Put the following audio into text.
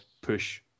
push